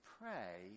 pray